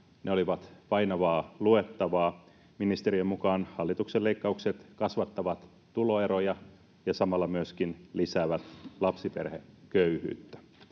Ne olivat painavaa luettavaa. Ministeriön mukaan hallituksen leikkaukset kasvattavat tuloeroja ja samalla myöskin lisäävät lapsiperheköyhyyttä.